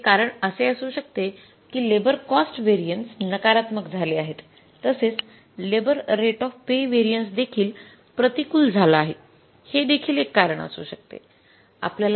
तर एक कारण असे असू शकते की लेबर कॉस्ट व्हेरिएन्सेस नकारात्मक झाले आहेत तसेच labour rate of pay variances देखील प्रतिकूल झाले आहे हे देखील एक कारण असू शकते